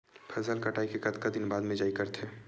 फसल कटाई के कतका दिन बाद मिजाई करथे?